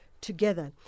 together